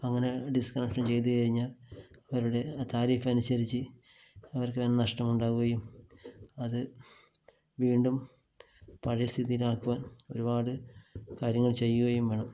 അങ്ങനെ ഡിസ്കണക്ഷൻ ചെയ്തുകഴിഞ്ഞാൽ അവരുടെ താരിഫ് അനുസരിച്ച് അവർക്കത് നഷ്ടമുണ്ടാകുകയും അത് വീണ്ടും പഴയ സ്ഥിതിയിലാക്കുവാന് ഒരുപാട് കാര്യങ്ങൾ ചെയ്യുകയും വേണം